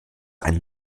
ein